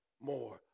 more